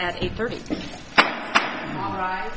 at eight thirty am right